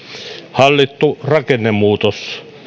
hallittu rakennemuutos